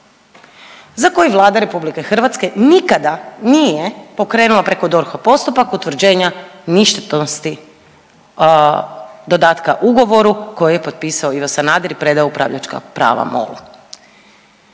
za koji Vlada RH nikada nije pokrenula preko DORH-a postupak utvrđenja ništetnosti dodatka ugovoru koji je potpisao Ivo Sanader i predao upravljačka prava MOL-u.